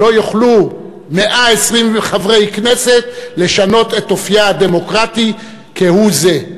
לא יוכלו 120 חברי כנסת לשנות את אופייה הדמוקרטי כהוא-זה,